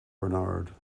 bernard